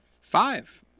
five